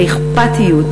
האכפתיות,